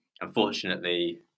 unfortunately